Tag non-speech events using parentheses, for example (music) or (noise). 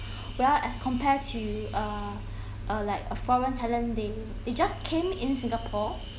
well as compared to err (breath) uh like a foreign talent they they just come to singapore